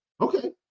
Okay